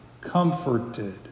comforted